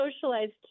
socialized